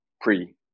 pre